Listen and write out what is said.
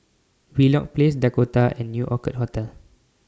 Wheelock Place Dakota and New Orchid Hotel